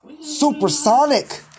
Supersonic